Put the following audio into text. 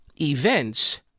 events